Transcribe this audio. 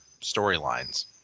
storylines